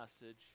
message